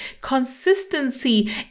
consistency